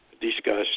discussed